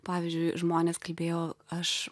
pavyzdžiui žmonės kalbėjo aš